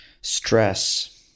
stress